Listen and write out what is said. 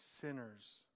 sinners